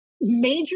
major